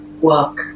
work